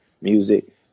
music